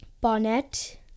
Bonnet